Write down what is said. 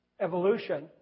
evolution